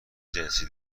جنسی